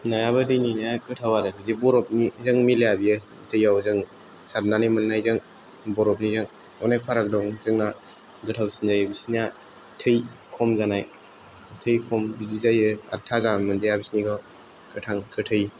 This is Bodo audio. नायाबो दैनिया गोथाव आरो बिदि बरफनिजों मिलाया बियो दैयाव जों सारनानै मोन्नायजों बरफनिया अनेक फाराग दं जोंना गोथावसिन जायो बिसोरनिया थै खम जानाय थै खम बिदि जायो आरो थाजा मोनजाया बिसोरनिखौ गोथां गोथै